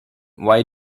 why